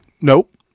nope